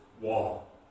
wall